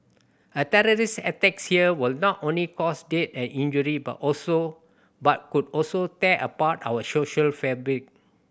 a terrorist attack here will not only cause death and injury but also but could also dare apart our social fabric